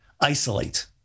isolate